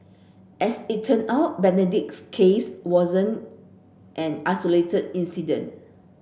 as it turn out Benedict's case wasn't an isolated incident